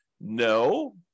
No